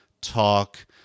talk